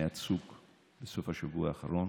מצוק בסוף השבוע האחרון,